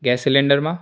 gas સિલિન્ડરમાં